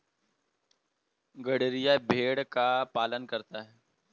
गड़ेरिया भेड़ का पालन करता है